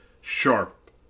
sharp